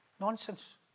Nonsense